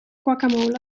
guacamole